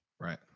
Right